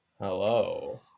Hello